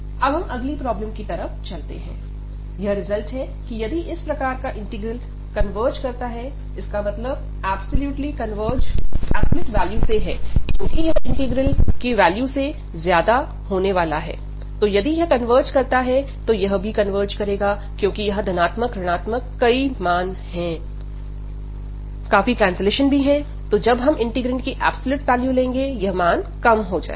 अब हम अगली प्रॉब्लम की तरफ चलते हैं यह रिजल्ट है की यदि इस प्रकार का इंटीग्रल कन्वर्ज करता है इसका मतलब एब्सोल्यूट वैल्यू से है क्योंकि यह इंटीग्रल की वैल्यू से ज्यादा होने वाला है तो यदि यह कन्वर्ज करता है तो यह भी कन्वर्ज करेगा क्योंकि यहां धनात्मक ऋणात्मक कई मान है काफी कैंसिलेशन भी हैं तो जब हम इंटीग्रैंड की एब्सोल्यूट वैल्यू लेंगे यह मान कम हो जाएगा